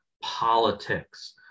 politics